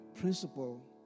principle